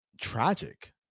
tragic